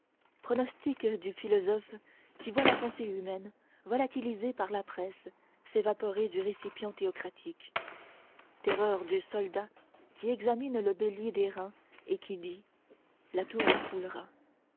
pronostic du philosophe qui voit la pensée humaine volatilisée par la presse s'évaporer du récipient théocratique terreur du soldat qui examine le bélier d'airain et qui dit la tour croulera